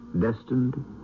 destined